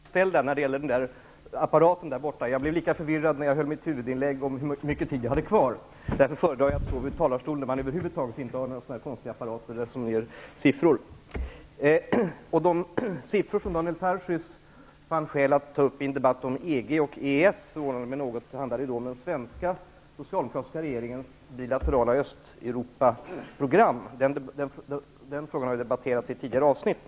Herr talman! Jag kan först glädja Daniel Tarschys med att vi alla är lika ställda när det gäller tidmätningsapparaten. När jag höll mitt huvudanförande blev jag lika förvirrad över vilken tid jag egentligen hade kvar. Därför föredrar jag att stå vid en talarstol där man över huvud taget inte har några konstiga apparater som visar siffror. De siffror som Daniel Tarschys fann skäl att ta upp i en debatt om EG och EES gällde den svenska socialdemokratiska regeringens bilaterala Östeuropaprogram. Det förvånade mig något. Den frågan har debatterats i ett tidigare avsnitt.